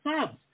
subs